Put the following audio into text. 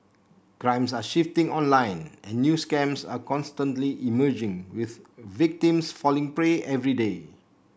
crimes are shifting online and new scams are constantly emerging with victims falling prey every day